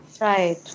Right